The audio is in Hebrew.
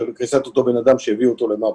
לקריסת אותו בן-אדם שהביא אותו למוות.